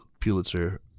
Pulitzer